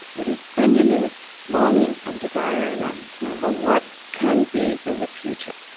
it is engineered longing and desire in us for what can be in the future,